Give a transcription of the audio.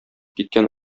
киткән